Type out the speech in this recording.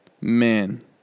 Man